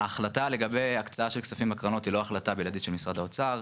ההחלטה לגבי ההקצאה של כספים בקרנות היא לא החלטה בלעדית של משרד האוצר,